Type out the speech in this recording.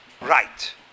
right